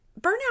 burnout